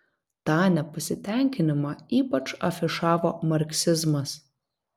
tą nepasitenkinimą ypač afišavo marksizmas